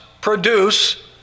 produce